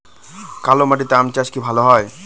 কালো মাটিতে আম চাষ কি ভালো হয়?